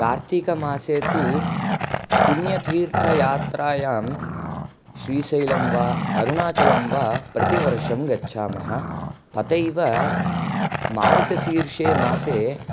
कार्तीकमासे तु पुण्यतीर्थयात्रायां श्रीशैलं वा अरुणाचलं वा प्रतिवर्षं गच्छामः तथैव मार्गशीर्षे मासे